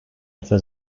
etme